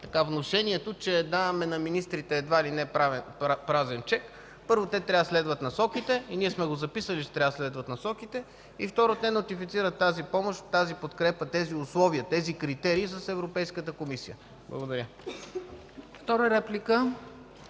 и с внушението, че даваме на министрите едва ли празен чек. Първо, те трябва да следват Насоките и ние сме го записали, че трябва да ги следват, и, второ, те нотифицират тази помощ, тази подкрепа, тези условия, тези критерии с Европейската комисия. Благодаря.